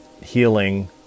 healing